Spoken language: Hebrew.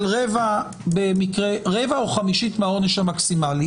של רבע או חמישית מהעונש המקסימלי.